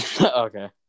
Okay